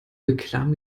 reklame